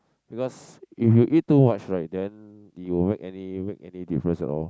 because if you eat too much right then it won't make any make any difference at all